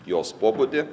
jos pobūdį